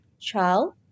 child